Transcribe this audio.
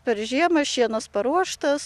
per žiemą šienas paruoštas